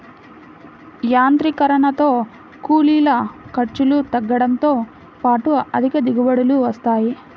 యాంత్రీకరణతో కూలీల ఖర్చులు తగ్గడంతో పాటు అధిక దిగుబడులు వస్తాయి